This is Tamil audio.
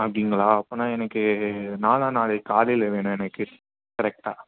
அப்படிங்களா அப்படினா எனக்கு நாளா நாளை காலையில் வேணும் எனக்கு கரெக்டாக